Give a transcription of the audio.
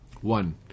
One